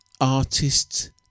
artists